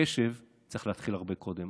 הקשב צריך להתחיל הרבה קודם.